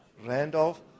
Randolph